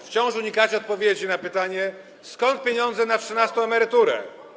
Wciąż unikacie odpowiedzi na pytanie, skąd pieniądze na trzynastą emeryturę.